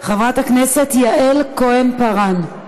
חברת הכנסת יעל כהן-פארן,